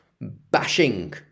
bashing